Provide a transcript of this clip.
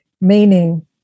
meaning